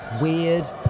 weird